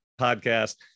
podcast